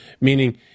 meaning